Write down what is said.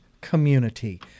community